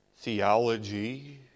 theology